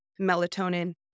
melatonin